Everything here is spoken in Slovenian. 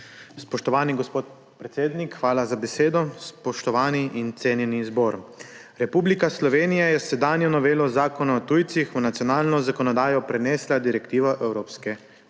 Spoštovani gospod predsednik, hvala za besedo. Spoštovani in cenjeni zbor! Republika Slovenija je s sedanjo novelo Zakona o tujcih v nacionalno zakonodajo prenesla Direktivo Evropske unije